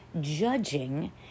judging